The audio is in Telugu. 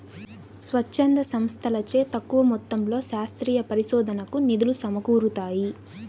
స్వచ్ఛంద సంస్థలచే తక్కువ మొత్తంలో శాస్త్రీయ పరిశోధనకు నిధులు సమకూరుతాయి